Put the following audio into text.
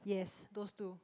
yes those two